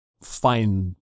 find